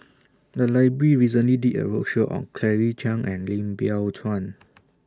The Library recently did A roadshow on Claire Chiang and Lim Biow Chuan